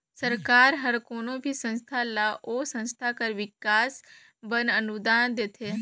सरकार हर कोनो भी संस्था ल ओ संस्था कर बिकास बर अनुदान देथे